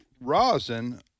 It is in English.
rosin